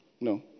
No